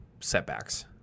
setbacks